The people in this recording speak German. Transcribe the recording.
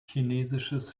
chinesisches